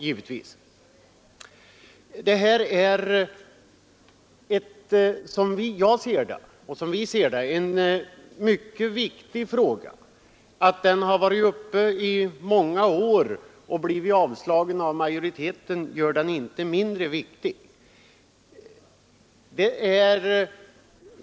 Som vi ser det är detta en mycket viktig fråga, och den omständigheten att den har varit uppe till behandling i riksdagen flera år men blivit avslagen av majoriteten gör den inte mindre viktig.